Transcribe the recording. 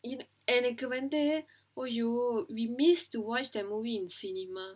எனக்கு வந்து:enakku vandhu !aiyo! we missed to watch that movie in cinema